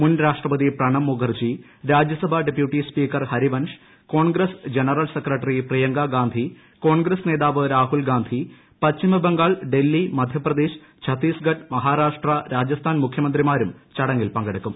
മുൻ രാഷ്ട്രപതി പ്രണബ് മുഖർജി രാജ്യസഭാ deputy speaker Harivansh Congress general secretary പ്രീയങ്കാഗാന്ധി Congress നേതാവ് രാഹുൽഗാന്ധി പശ്ചിമബംഗാൾ ഡൽഹി മധ്യപ്രദേശ് ഛത്തീസ്ഗഡ് മഹാരാഷ്ട്ര രാജസ്ഥാൻ മുഖ്യമന്ത്രിമാരും ചടങ്ങിൽ പങ്കെടുക്കും